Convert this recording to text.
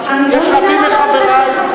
יש רבים מחברי,